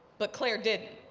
but claire didn't.